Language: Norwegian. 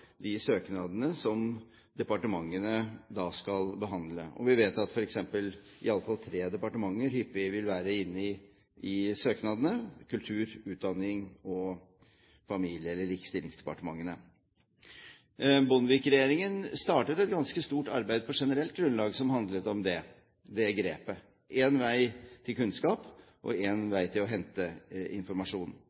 de søknadene som departementene da skal behandle. Og vi vet at i alle fall tre departementer hyppig vil være inne i søknadene: Kulturdepartementet, Utdanningsdepartementet og Barne-, likestillings- og inkluderingsdepartementet. Bondevik-regjeringen startet et ganske stort arbeid på generelt grunnlag som handlet om det grepet: én vei til kunnskap, og én vei til å hente informasjon.